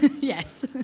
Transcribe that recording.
Yes